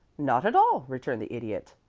not at all, returned the idiot.